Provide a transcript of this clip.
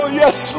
yes